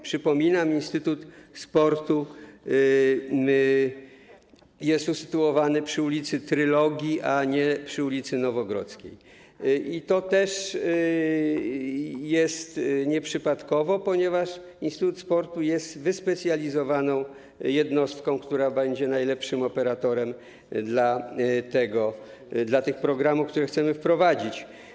Przypominam, że Instytut Sportu jest usytuowany przy ul. Trylogii, a nie przy ul. Nowogrodzkiej, i to też nieprzypadkowo, ponieważ Instytut Sportu jest wyspecjalizowaną jednostką, która będzie najlepszym operatorem dla tych programów, które chcemy wprowadzić.